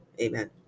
Amen